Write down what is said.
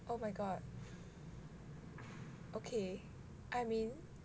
oh my god okay I mean